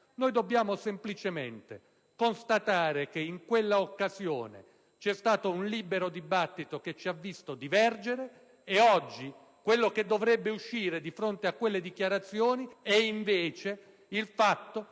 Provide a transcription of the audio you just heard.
Dobbiamo semplicemente constatare che in quella occasione c'è stato un libero dibattito, che ci ha visto divergere. Oggi, ciò che dovrebbe risultare, di fronte a quelle dichiarazioni, è invece che